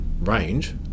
range